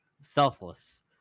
selfless